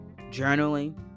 journaling